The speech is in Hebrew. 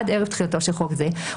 עד ערב תחילתו של חוק זה,